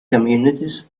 communities